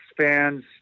fans